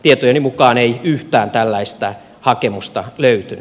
tietojeni mukaan ei yhtään tällaista hakemusta löytynyt